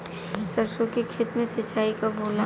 सरसों के खेत मे सिंचाई कब होला?